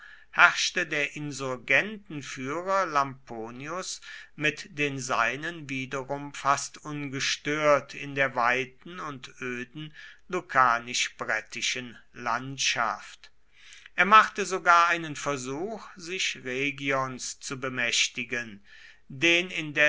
herrschte der insurgentenführer lamponius mit den seinen wiederum fast ungestört in der weiten und öden lucanisch brettischen landschaft er machte sogar einen versuch sich rhegions zu bemächtigen den